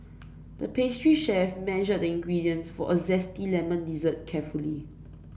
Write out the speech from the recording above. the pastry chef measured the ingredients for a zesty lemon dessert carefully